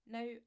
Now